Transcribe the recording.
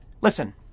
Listen